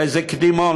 איזה קדימון,